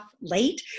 late